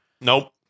Nope